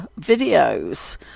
videos